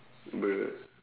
bruh